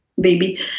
baby